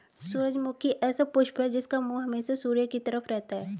सूरजमुखी ऐसा पुष्प है जिसका मुंह हमेशा सूर्य की तरफ रहता है